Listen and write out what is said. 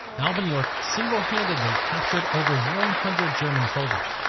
alvin york single-handedly captured over one hundred german soldiers.